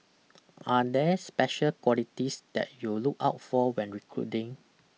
are there special qualities that you look out for when recruiting